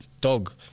dog